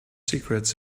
secrets